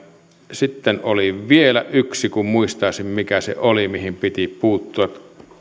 sitten oli vielä yksi kun muistaisin mikä se oli mihin piti puuttua